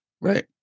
right